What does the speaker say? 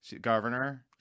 governor